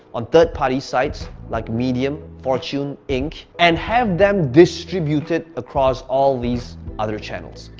on third party sites like medium, fortune, ink, and have them distributed across all these other channels.